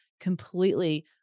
completely